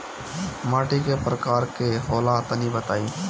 माटी कै प्रकार के होला तनि बताई?